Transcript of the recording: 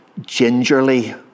gingerly